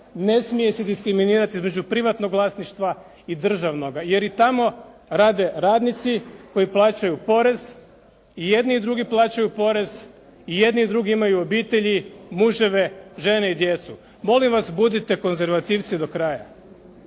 ne smije se diskriminirati između privatnog vlasništva i državnoga, jer i tamo rade radnici koji plaćaju porez, i jedni i drugi plaćaju porez, i jedni i drugi imaju obitelji, muževe, žene i djecu. Molim vas budite konzervativci do kraja.